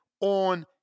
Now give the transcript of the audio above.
on